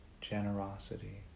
generosity